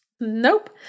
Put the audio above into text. Nope